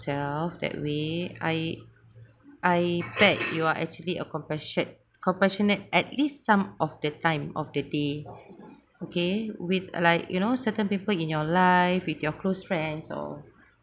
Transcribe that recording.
that way I I bet you are actually a compassion compassionate at least some of the time of the day okay with like you know certain people in your life with your close friends all